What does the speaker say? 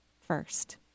first